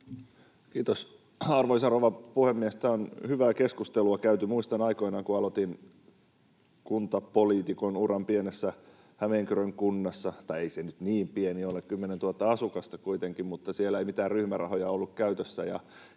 Kiitos, arvoisa rouva puhemies! Tässä on hyvää keskustelua käyty. Muistan, kun aikoinaan aloitin kuntapoliitikon uran pienessä Hämeenkyrön kunnassa — tai ei se nyt niin pieni ole, 10 000 asukasta kuitenkin — siellä ei mitään ryhmärahoja ollut käytössä,